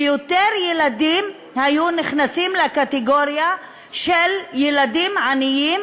ויותר ילדים היו נכנסים לקטגוריה של ילדים עניים